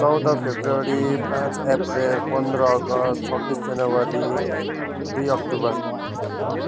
चौध फेब्रुअरी पाँच अप्रेल पन्ध्र अगस्त छब्बिस जनवरी दुई अक्टोबर